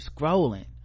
scrolling